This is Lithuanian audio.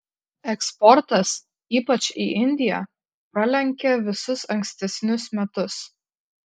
eksportas ypač į indiją pralenkia visus ankstesnius metus